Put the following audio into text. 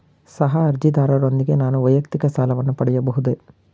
ಸಹ ಅರ್ಜಿದಾರರೊಂದಿಗೆ ನಾನು ವೈಯಕ್ತಿಕ ಸಾಲವನ್ನು ಪಡೆಯಬಹುದೇ?